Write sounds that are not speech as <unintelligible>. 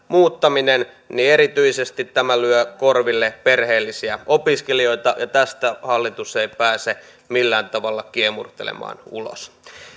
<unintelligible> muuttaminen niin erityisesti tämä lyö korville perheellisiä opiskelijoita ja tästä hallitus ei pääse millään tavalla kiemurtelemaan ulos